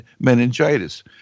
meningitis